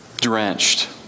drenched